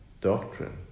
doctrine